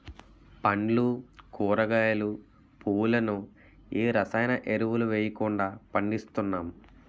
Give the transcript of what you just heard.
పండ్లు కూరగాయలు, పువ్వులను ఏ రసాయన ఎరువులు వెయ్యకుండా పండిస్తున్నాం